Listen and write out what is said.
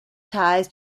ties